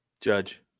Judge